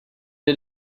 did